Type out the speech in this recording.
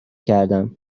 کردم